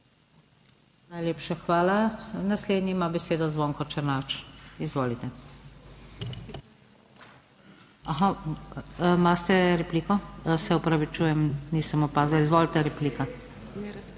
Najlepša hvala. Naslednji ima besedo Zvonko Černač, izvolite. Aha, imate repliko? Se opravičujem, nisem opazila, izvolite, replika.